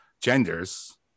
genders